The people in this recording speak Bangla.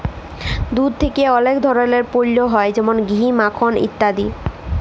দুধ থেক্যে অলেক ধরলের পল্য হ্যয় যেমল ঘি, মাখল ইত্যাদি